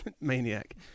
maniac